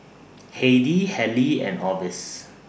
Heidy Halie and Orvis